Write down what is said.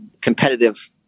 competitive